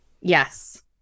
Yes